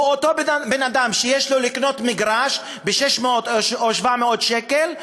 או אותו בן-אדם שיש לו לקנות מגרש ב-600,000 או 700,000 שקל,